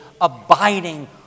abiding